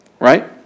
Right